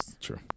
True